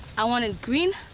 i want it green,